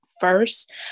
first